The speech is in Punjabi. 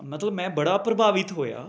ਮਤਲਬ ਮੈਂ ਬੜਾ ਪ੍ਰਭਾਵਿਤ ਹੋਇਆ